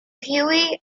hughie